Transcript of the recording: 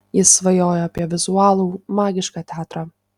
ji svajojo apie vizualų magišką teatrą